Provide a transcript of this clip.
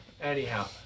Anyhow